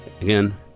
Again